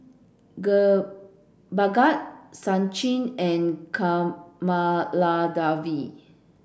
Bhagat Sachin and Kamaladevi